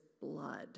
blood